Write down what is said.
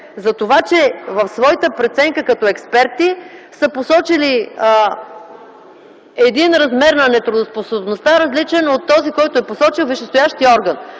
за това, че в своята преценка като експерти са посочили един размер на нетрудоспособността, различен от този, който е посочил висшестоящият орган.